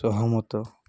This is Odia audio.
ସହମତ